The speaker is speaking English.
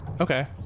Okay